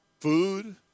food